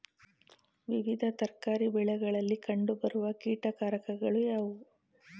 ವಿವಿಧ ತರಕಾರಿ ಬೆಳೆಗಳಲ್ಲಿ ಕಂಡು ಬರುವ ಕೀಟಕಾರಕಗಳು ಯಾವುವು?